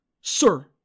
Sir